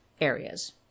areas